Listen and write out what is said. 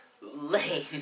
Lane